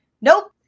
Nope